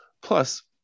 Plus